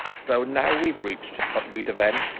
so now we've reached